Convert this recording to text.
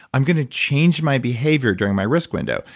i'm going to change my behavior during my risk window,